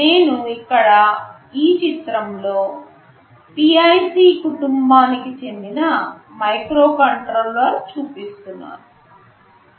నేను ఇక్కడ ఈ చిత్రంలో PIC కుటుంబానికి చెందిన మైక్రోకంట్రోలర్ చూపిస్తున్నాను